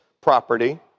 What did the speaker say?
property